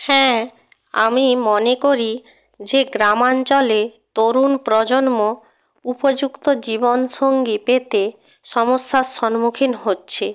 হ্যাঁ আমি মনে করি যে গ্রামাঞ্চলে তরুণ প্রজন্ম উপযুক্ত জীবন সঙ্গী পেতে সমস্যার সম্মুখীন হচ্ছে